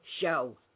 show